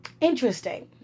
interesting